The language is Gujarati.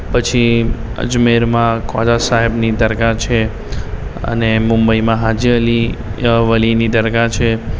પછી અજમેરમાં ખ્વાજા સાહેબની દરગાહ છે અને મુંબઈમાં હાજી અલી અ વલીની દરગાહ છે